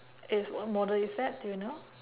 is what model is that do you know